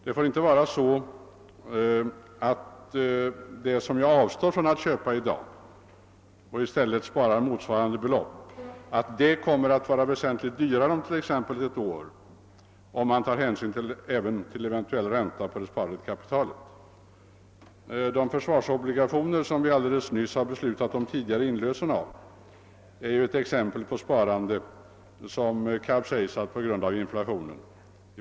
Det får inte vara så att det som jag avstår från att köpa i dag för att i stället spara motsvarande belopp kommer att vara väsentligt dyrare om t.ex. ett år, om man tar hänsyn även till eventuell ränta på det sparade kapitalet. De försvarsobligationer vilka vi alldeles nyss har beslutat om tidigare inlösen av är ett exempel på sparande, vars effekt kapsejsat på grund av inflationen.